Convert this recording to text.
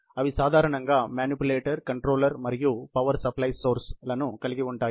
అవి సాధారణంగా manipulator controller మరియు పవర్ సప్లై సోర్స్ కలిగి ఉంటాయి